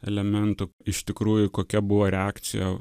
elementų iš tikrųjų kokia buvo reakcija